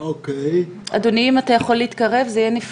אני נכה שיתוק